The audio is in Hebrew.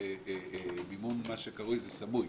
מימון סמוי,